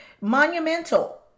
monumental